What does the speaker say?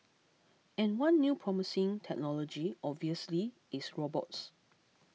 and one new promising technology obviously is robots